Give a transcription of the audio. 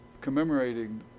commemorating